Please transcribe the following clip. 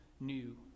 new